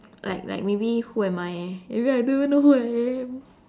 like like maybe who am I eh maybe I don't know who I am